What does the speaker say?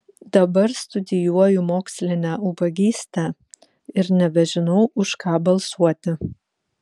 dabar studijuoju mokslinę ubagystę ir nebežinau už ką balsuoti